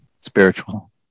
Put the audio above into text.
Spiritual